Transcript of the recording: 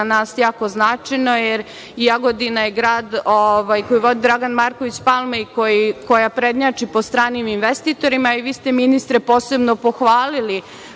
nas jako značajno, jer Jagodina je grad koji vodi Dragan Marković Palma i koji prednjači po stranim investitorima. Vi ste ministre posebno pohvalili